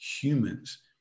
humans